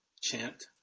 chant